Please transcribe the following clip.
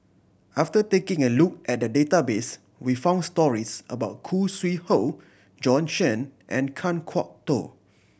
after taking a look at the database we found stories about Khoo Sui Hoe Bjorn Shen and Kan Kwok Toh